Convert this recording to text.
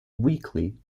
weekly